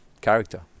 character